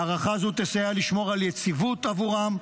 הארכה זו תסייע לשמור על יציבות עבורם,